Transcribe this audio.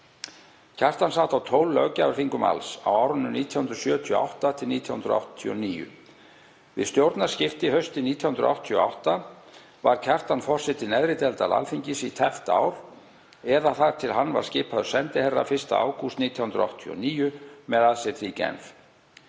Kjartan sat á tólf löggjafarþingum alls, á árunum 1978–1989. Við stjórnarskipti haustið 1988 varð Kjartan forseti neðri deildar Alþingis í tæpt ár eða þar til hann var skipaður sendiherra 1. ágúst 1989 með aðsetri í Genf.